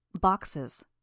Boxes